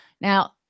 Now